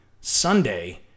Sunday